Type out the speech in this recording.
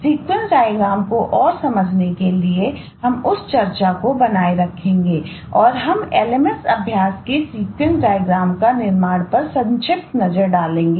sequence diagram निर्माण पर संक्षिप्त नजर डालेंगे